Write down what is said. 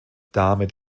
damit